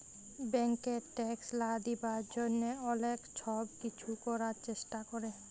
ব্যাংকে ট্যাক্স লা দিবার জ্যনহে অলেক ছব কিছু ক্যরার চেষ্টা ক্যরে